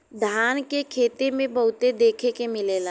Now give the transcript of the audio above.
धान के खेते में बहुते देखे के मिलेला